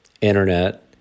internet